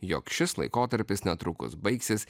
jog šis laikotarpis netrukus baigsis